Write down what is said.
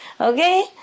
Okay